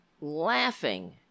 laughing